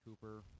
Cooper